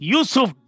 Yusuf